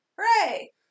Hooray